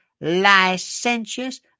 licentious